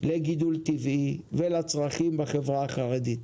לגידול טבעי ולצרכים בחברה החרדית.